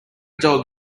dog